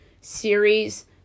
Series